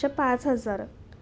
अच्छा पाच हजारात